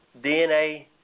DNA